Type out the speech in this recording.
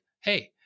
hey